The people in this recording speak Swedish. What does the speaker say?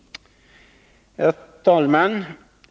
Herr talman!